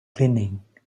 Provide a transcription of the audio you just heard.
cleaning